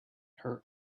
her